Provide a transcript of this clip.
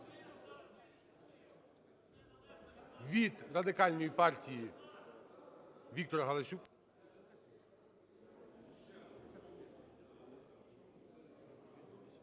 Від Радикальної партії Віктор Галасюк.